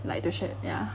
like addition ya